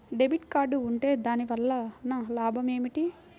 Debit card ఉంటే దాని వలన లాభం ఏమిటీ?